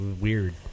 weird